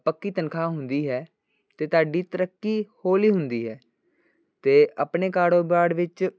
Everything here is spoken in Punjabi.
ਪੱਕੀ ਤਨਖਾਹ ਹੁੰਦੀ ਹੈ ਅਤੇ ਤੁਹਾਡੀ ਤਰੱਕੀ ਹੌਲੀ ਹੁੰਦੀ ਹੈ ਅਤੇ ਆਪਣੇ ਕਾੜੋਬਾੜ ਵਿੱਚ